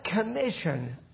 commission